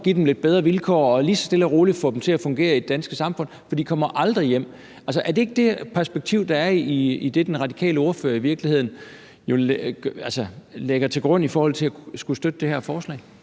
give dem lidt bedre vilkår og lige så stille og roligt få dem til at fungere i det danske samfund, for de kommer aldrig hjem? Altså, er det ikke det perspektiv, der er i det, den radikale ordfører i virkeligheden lægger til grund for at skulle støtte det her forslag?